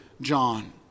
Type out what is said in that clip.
John